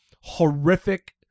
horrific